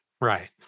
Right